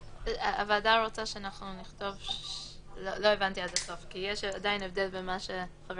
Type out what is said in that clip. לא הבנתי עד הסוף כי יש הבדל עדיין בין מה שחבר